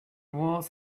was